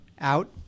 out